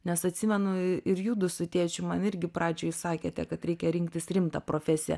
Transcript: nes atsimenu ir judu su tėčiu man irgi pradžioj sakėte kad reikia rinktis rimtą profesiją